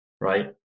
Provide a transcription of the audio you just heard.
Right